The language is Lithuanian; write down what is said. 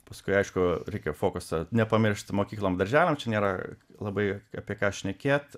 paskui aišku reikia fokusą nepamiršt mokyklom darželiam čia nėra labai apie ką šnekėt